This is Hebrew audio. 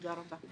תודה רבה.